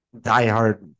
diehard